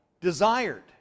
desired